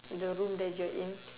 the room that you're in